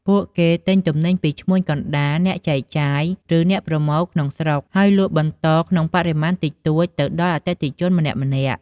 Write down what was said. ពួកគេទិញទំនិញពីឈ្មួញកណ្តាល អ្នកចែកចាយ ឬអ្នកប្រមូលក្នុងស្រុក ហើយលក់បន្តក្នុងបរិមាណតិចតួចទៅដល់អតិថិជនម្នាក់ៗ។